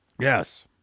Yes